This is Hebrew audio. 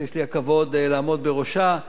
שיש לי הכבוד לעמוד בראשה,